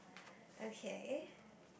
okay